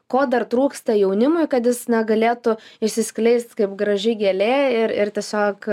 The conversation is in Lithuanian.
ko dar trūksta jaunimui kad jis na galėtų išsiskleist kaip graži gėlė ir ir tiesiog